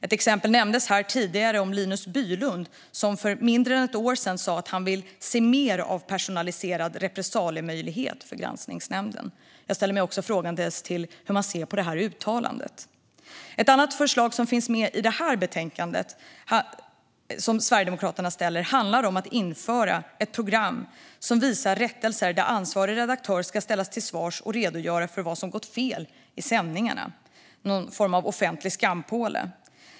Det nämndes tidigare här ett exempel om Linus Bylund, som för mindre än ett år sedan sa att han vill se mer av personaliserad repressaliemöjlighet för granskningsnämnden. Hur ser man på det uttalandet? Ett annat förslag som Sverigedemokraterna har och som finns med i detta betänkande handlar om att införa ett program som visar rättelser, där ansvarig redaktör ska ställas till svars och redogöra för vad som gått fel i sändningarna, en form av offentlig skampåle.